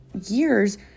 years